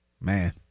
Man